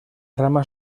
ramas